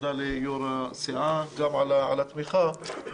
תודה ליושב-ראש הסיעה על התמיכה.